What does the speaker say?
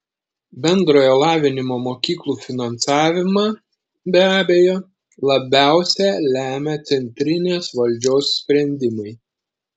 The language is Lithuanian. bendrojo lavinimo mokyklų finansavimą be abejo labiausiai lemia centrinės valdžios sprendimai